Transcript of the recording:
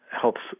helps